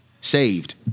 saved